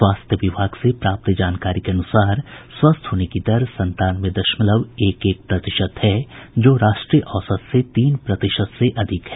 स्वास्थ्य विभाग से प्राप्त जानकारी के अनुसार स्वस्थ होने की दर संतानवे दशमलव एक एक प्रतिशत है जो राष्ट्रीय औसत से तीन प्रतिशत से अधिक है